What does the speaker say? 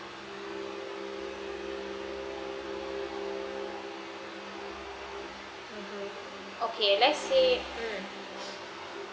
okay let's say hmm